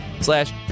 slash